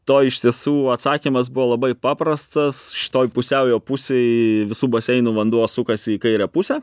to iš tiesų atsakymas buvo labai paprastas šitoj pusiaujo pusėj visų baseinų vanduo sukasi į kairę pusę